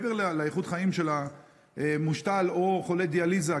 מעבר לאיכות חיים של המושתל או חולה דיאליזה,